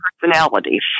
personalities